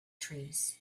trees